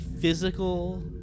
physical